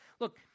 Look